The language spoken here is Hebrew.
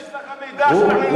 יש לך מידע שאנחנו לא יודעים?